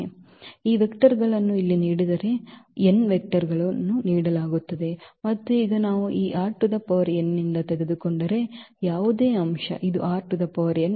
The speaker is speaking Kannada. ಆದ್ದರಿಂದ ಈ ವೆಕ್ಟರ್ ಗಳನ್ನು ಇಲ್ಲಿ ನೀಡಿದರೆ n ವೆಕ್ಟರ್ ಗಳನ್ನು ನೀಡಲಾಗುತ್ತದೆ ಮತ್ತು ಈಗ ನಾವು ಈ ನಿಂದ ತೆಗೆದುಕೊಂಡರೆ ಯಾವುದೇ ಅಂಶ ಇದು ಆಗಿದೆ